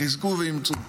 חזקו ואמצו.